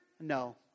No